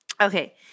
Okay